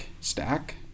stack